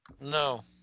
No